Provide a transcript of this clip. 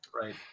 Right